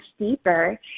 deeper